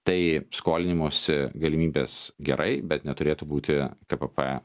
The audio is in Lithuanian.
tai skolinimosi galimybės gerai bet neturėtų būti kpp